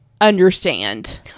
understand